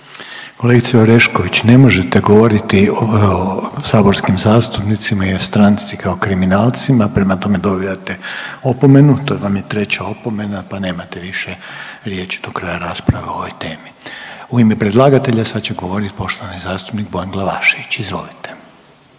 Kolegice Orešković ne možete govoriti o saborskim zastupnicima i o stranci kao kriminalcima, prema tome dobivate opomenu. To vam je treća opomena pa nemate više riječi do kraja rasprave o ovoj temi. U ime predlagatelja sad će govoriti poštovani zastupnik Bojan Glavašević. Izvolite.